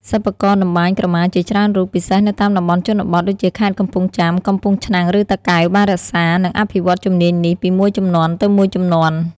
សិប្បករតម្បាញក្រមាជាច្រើនរូប ពិសេសនៅតាមតំបន់ជនបទ ដូចជាខេត្តកំពង់ចាម កំពង់ឆ្នាំង ឬតាកែវ បាន រក្សា និងអភិវឌ្ឍជំនាញនេះ ពីមួយជំនាន់ទៅមួយជំនាន់។